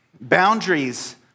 Boundaries